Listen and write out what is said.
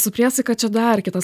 su priesaika čia dar kitas